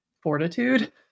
fortitude